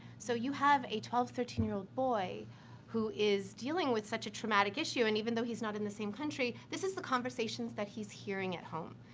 so you have a twelve, thirteen year old boy who is dealing with such a traumatic issue and even though he's not in the same country, this is the conversations that he's hearing at home.